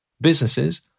Businesses